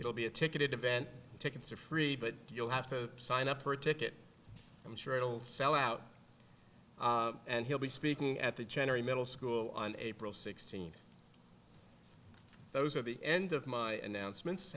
will be a ticketed event tickets are free but you'll have to sign up for a ticket i'm sure it'll sell out and he'll be speaking at the general middle school on april sixteenth those are the end of my announcement